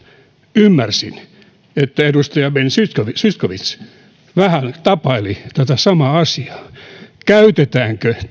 ymmärsin että edustaja ben zyskowicz vähän tapaili tätä samaa asiaa käytetäänkö